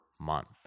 Month